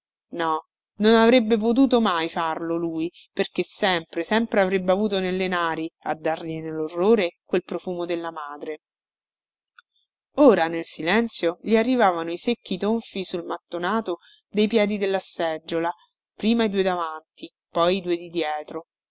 no non avrebbe potuto mai farlo lui perché sempre sempre avrebbe avuto nelle nari a dargliene lorrore quel profumo della madre ora nel silenzio gli arrivavano i secchi tonfi sul mattonato dei piedi della seggiola prima i due davanti poi i due di dietro